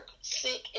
sick